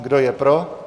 Kdo je pro?